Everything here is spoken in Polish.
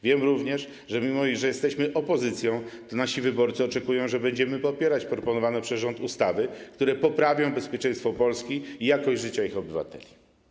Wiem również, że mimo iż jesteśmy opozycją, to nasi wyborcy oczekują, że będziemy popierać proponowane przez rząd ustawy, które poprawią bezpieczeństwo Polski i jakość życia ich obywateli.